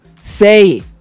say